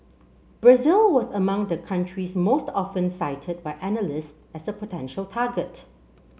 Brazil was among the countries most often cited by analyst as a potential target